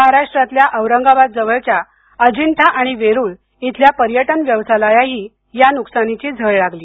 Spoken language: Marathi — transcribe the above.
महाराष्ट्रातल्या औरंगाबाद जवळच्या अजिंठा आणि वेरूळ शिल्या पर्यटन व्यवसायालाही या नुकसानीची झळ लागली